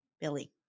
Billy